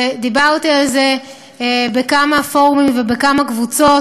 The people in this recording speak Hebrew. ודיברתי על זה בכמה פורומים ובכמה קבוצות.